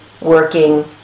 working